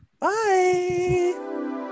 bye